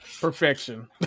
Perfection